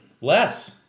Less